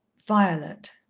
violet